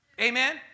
Amen